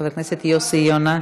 חבר הכנסת יוסי יונה,